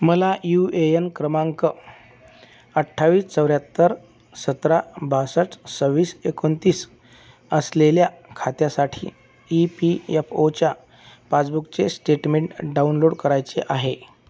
मला A N क्रमांक अठ्ठावीस चौऱ्याहत्तर सतरा बासष्ट सव्वीस एकोणतीस असलेल्या खात्यासाठी ई पी एप ओच्या पासबुकचे स्टेटमेंट डाउनलोड करायचे आहे